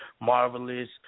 Marvelous